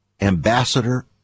ambassador